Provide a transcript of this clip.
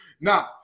Now